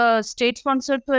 state-sponsored